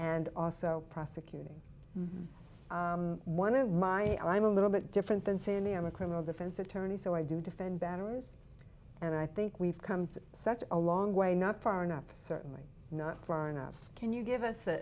and also prosecuting one of my i'm a little bit different than say me i'm a criminal defense attorney so i do defend batterers and i think we've come such a long way not far enough certainly not far enough can you give us a